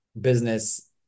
business